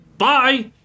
bye